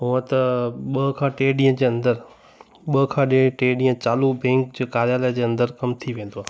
उहा त ॿ खां टे ॾींहं जे अंदरु ॿ खां ॾिए टे ॾींहुं चालू बैंक जेका आयल जे अंदरु कम थी वेंदो आहे